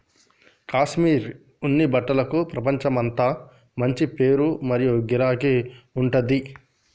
కాశ్మీర్ ఉన్ని బట్టలకు ప్రపంచమంతా మంచి పేరు మరియు గిరాకీ ఉంటది